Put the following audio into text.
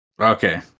Okay